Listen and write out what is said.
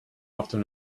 after